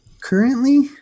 Currently